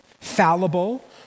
fallible